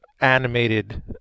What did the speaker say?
animated